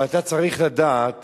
אבל אתה צריך לדעת